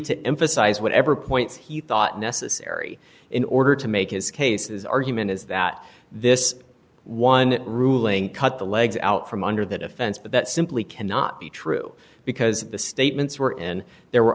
to emphasize whatever points he thought necessary in order to make his case this argument is that this one ruling cut the legs out from under the defense but that simply cannot be true because the statements were and there were